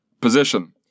position